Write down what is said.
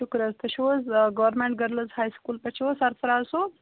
شُکُر حظ تُہۍ چھُو حظ گورمِنٛٹ گٔرلٕز ہائے سکوٗل پٮ۪ٹھ چھُو حظ سرفراز صٲب